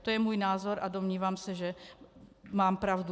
To je můj názor a domnívám se, že mám pravdu.